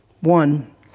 One